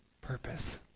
purpose